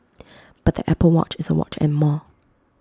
but the Apple watch is A watch and more